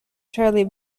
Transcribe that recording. shirley